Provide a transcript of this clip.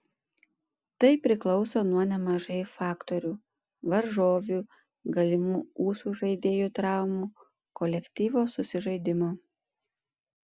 tai priklauso nuo nemažai faktorių varžovių galimų ūsų žaidėjų traumų kolektyvo susižaidimo